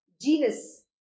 genus